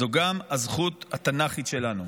זו גם הזכות התנ"כית שלנו.